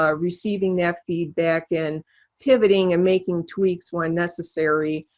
ah receiving that feedback and pivoting and making tweaks when necessary,